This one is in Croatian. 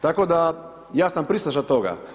Tako da, ja sam pristaša toga.